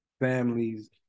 families